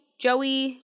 Joey